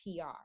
PR